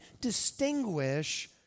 distinguish